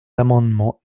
l’amendement